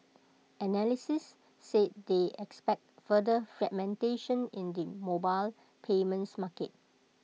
analysts said they expect further fragmentation in the mobile payments market